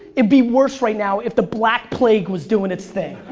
it'd be worse right now if the black plague was doing it's thing.